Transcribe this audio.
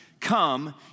Come